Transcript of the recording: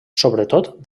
sobretot